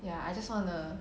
ya I just want to